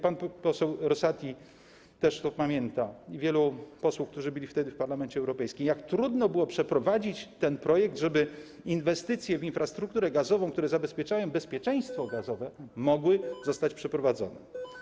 Pan poseł Rosati też to pamięta, wielu posłów, którzy byli wtedy w Parlamencie Europejskim, pamięta, jak trudno było przeprowadzić ten projekt, żeby inwestycje w infrastrukturę gazową, które zapewniają bezpieczeństwo gazowe, mogły zostać przeprowadzone.